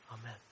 Amen